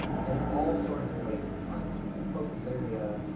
and there's all sorts of ways to fine-tune the focus area,